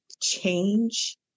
change